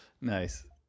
nice